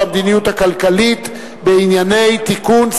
והמדיניות הכלכלית לשנות הכספים 2003 ו-2004) (תיקון,